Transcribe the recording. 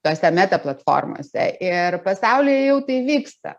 tose metaplatformose ir pasaulyje jau tai vyksta